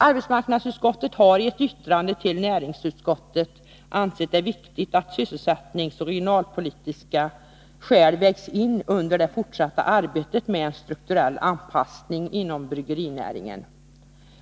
Arbetsmarknadsutskottet har i ett yttrande till näringsutskottet ansett det viktigt att sysselsättningsoch regionalpolitiska skäl vägs in under det fortsatta arbetet med en strukturell anpassning inom bryggerinäringen.